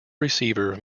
receiver